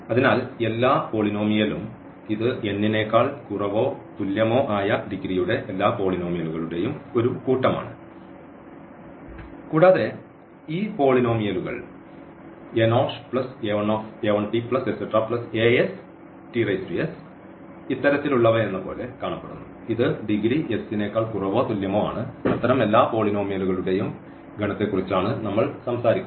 അതിനാൽ എല്ലാ പോളിനോമിയലും ഇത് n നേക്കാൾ കുറവോ തുല്യമോ ആയ ഡിഗ്രിയുടെ എല്ലാ പോളിനോമിയലുകളുടെയും ഒരു കൂട്ടമാണ് കൂടാതെ ഈ പോളിനോമിയലുകൾ ഇത്തരത്തിലുള്ളവയെന്നപോലെ കാണപ്പെടുന്നു ഇത് ഡിഗ്രി s നെക്കാൾ കുറവോ തുല്യമോ ആണ് അത്തരം എല്ലാ പോളിനോമിയലുകളുടെയും ഗണത്തെക്കുറിച്ച് ആണ് നമ്മൾ സംസാരിക്കുന്നത്